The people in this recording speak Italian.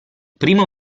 primo